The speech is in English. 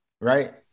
right